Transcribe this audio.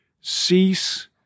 cease